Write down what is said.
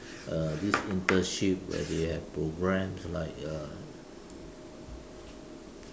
uh this internship where they have programs like uh